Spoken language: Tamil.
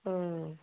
ம்